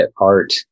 art